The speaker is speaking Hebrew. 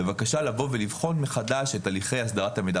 בבקשה לבוא ולבחון מחדש את הליכי הסדרת המידע.